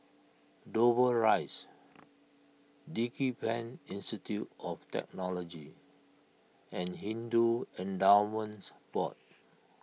Dover Rise DigiPen Institute of Technology and Hindu Endowments Board